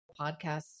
Podcasts